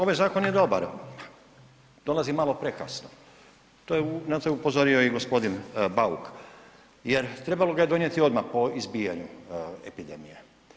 Ovaj zakon je dobar, dolazi malo prekasno na to je upozorio i gospodin Bauk jer trebalo ga je donijeti odmah po izbijanju epidemije.